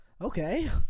Okay